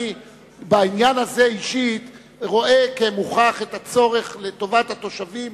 אני בעניין הזה אישית רואה כמוכח את הצורך בטובת התושבים,